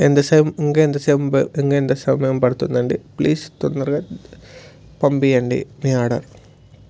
ఎంత సేపు ఇంకా ఎంత సేపు ఇంక ఎంత సమయం పడుతుంది అండి ప్లీజ్ తొందరగా పంపించండి మీ ఆర్డర్